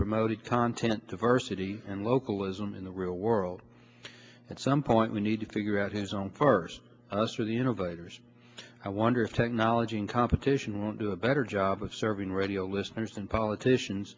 promoted content diversity and localism in the real world at some point we need to figure out who's on first us or the innovators i wonder if technology and competition won't do a better job of serving radio listeners than politicians